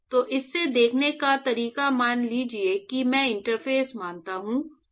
तो इसे देखने का तरीका मान लीजिए कि मैं इंटरफ़ेस मानता हूं